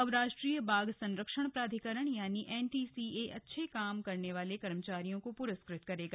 अब राष्ट्रीय बाघ संरक्षण प्राधिकरण यानी एनटीसीए अच्छे काम करने वाले कर्मचारियों को पुरस्कृत करेगा